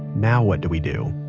now what do we do?